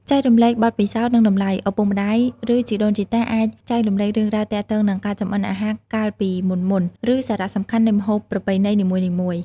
ចែករំលែកបទពិសោធន៍ និងតម្លៃ ឪពុកម្ដាយ ឬជីដូនជីតា អាចចែករំលែករឿងរ៉ាវទាក់ទងនឹងការចម្អិនអាហារកាលពីមុនៗ ឬសារៈសំខាន់នៃម្ហូបប្រពៃណីនីមួយៗ ។